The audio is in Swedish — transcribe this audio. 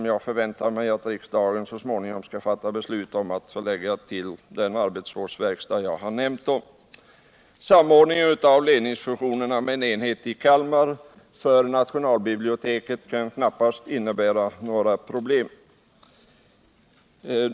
Jag förväntar mig att riksdagen så småningom skall besluta att förlägga den till den skyddade verkstaden i Kalmar. Samordningen av ledningsfunktionerna med en enhet i Kalmar för nationalbiblioteket kan knappast innebära några problem.